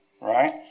right